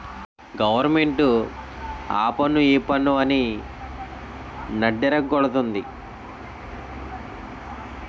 government ఆపన్ను ఈపన్ను అని నడ్డిరగ గొడతంది